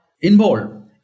involved